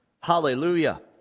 Hallelujah